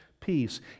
peace